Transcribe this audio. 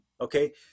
Okay